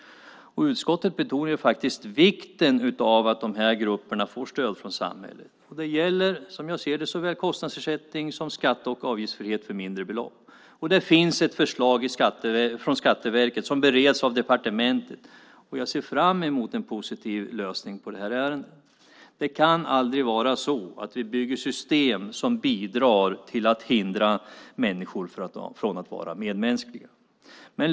Utskottet betonar vikten av att de här grupperna får stöd från samhället. Som jag ser det gäller det såväl kostnadsersättning som avgiftsfrihet för mindre belopp. Det finns ett förslag från Skatteverket som bereds på departementet. Jag ser fram emot en lösning på det här ärendet. Det kan aldrig vara så att vi bygger system som bidrar till att hindra människor från att vara medmänskliga.